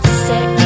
sick